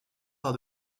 par